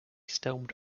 stormed